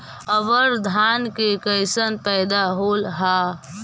अबर धान के कैसन पैदा होल हा?